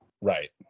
Right